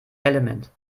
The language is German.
element